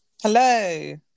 Hello